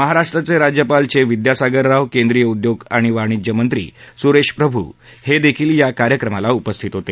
महाराष्ट्राचे राज्यपाल चे विद्यासागर राव केंद्रीय उद्योग आणि वाणिज्यमंत्री सुरेश प्रभू हे देखील या कार्यक्रमाला उपस्थीत होते